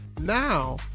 Now